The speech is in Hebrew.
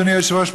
אדוני היושב-ראש,